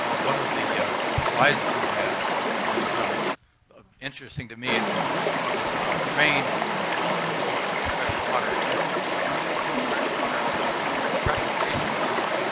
ah one of the slides that you had was ah interesting to me. it was the train with all the loads of fresh water that's taken up. fresh water is one of our most precious resources,